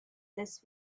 this